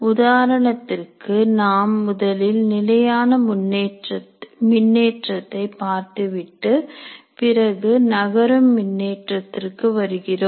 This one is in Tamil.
உதாரணத்திற்கு நாம் முதலில் நிலையான மின்னேற்றத்தை பார்த்துவிட்டு பிறகு நகரும் மின்னேற்றத்திற்கு வருகிறோம்